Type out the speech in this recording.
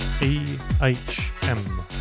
E-H-M